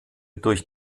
durch